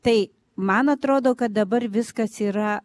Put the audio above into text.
tai man atrodo kad dabar viskas yra